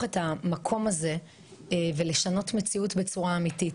את המקום הזה ולשנות מציאות בצורה אמיתית.